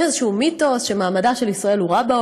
יש איזה מיתוס שמעמדה של ישראל בעולם הוא רע,